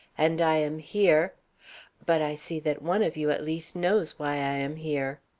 and i am here but i see that one of you at least knows why i am here.